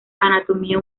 anatomía